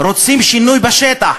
רוצים שינוי בשטח.